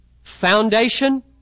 Foundation